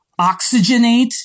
oxygenate